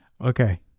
okay